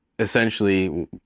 Essentially